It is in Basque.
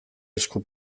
esku